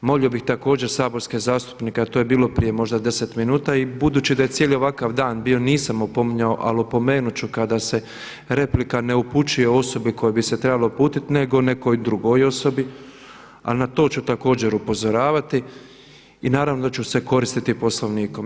Molio bih također saborske zastupnike, a to je bilo prije možda 10 minuta i budući da je cijeli ovakav dan bio nisam opominjao, ali opomenut ću kada se replika ne upućuje osobi kojoj bi se trebala uputiti nego nekoj drugoj osobi ali na to ću također upozoravati i naravno da ću se koristiti Poslovnikom.